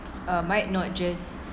uh might not just